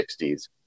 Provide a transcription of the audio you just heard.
1960s